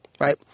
right